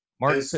mark